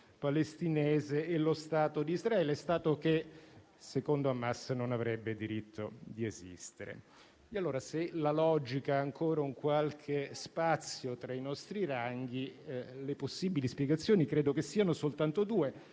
palestinese e lo Stato d'Israele, Stato che, secondo Hamas, non avrebbe diritto di esistere. Allora, se la logica ha ancora un qualche spazio tra i nostri ranghi, le possibili spiegazioni credo che siano soltanto due: